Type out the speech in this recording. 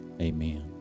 Amen